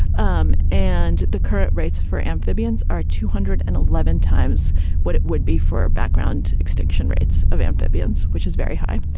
um and the current rates for amphibians are two hundred and eleven times what it would be for a background, extinction rates of amphibians, which is very high.